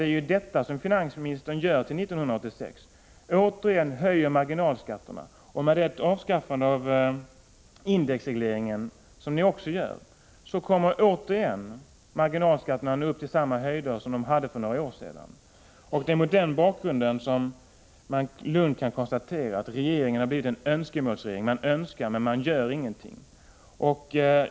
Det är ju detta som finansministern gör till 1986. Återigen höjer han marginalskatterna. Om man avskaffar indexregleringen, vilket ni också gör, kommer återigen marginalskatterna att nå upp till samma höjder som de hade för några år sedan. Det är mot denna bakgrund som man lugnt kan konstatera att regeringen har blivit en önskemålsregering: den önskar men den gör ingenting.